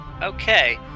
Okay